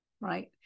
right